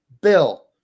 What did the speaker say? Bill